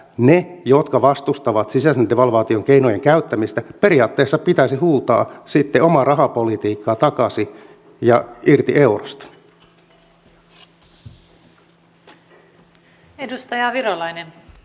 niiden jotka vastustavat sisäisen devalvaation keinojen käyttämistä periaatteessa pitäisi huutaa sitten omaa rahapolitiikkaa takaisin ja irti eurosta